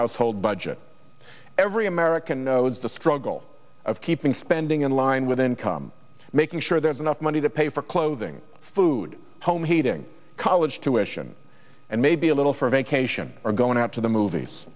household budget every american knows the struggle of keeping spending in line with income making sure there's enough money to pay for clothing food home heating college tuition and maybe a little for a vacation or going out to the movies